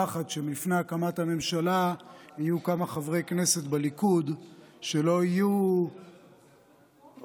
פחד שלפני הקמת הממשלה יהיו כמה חברי כנסת בליכוד שלא יהיו מרוצים,